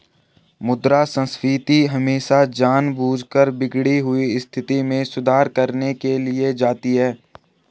मुद्रा संस्फीति हमेशा जानबूझकर बिगड़ी हुई स्थिति में सुधार करने के लिए की जाती है